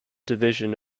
division